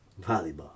volleyball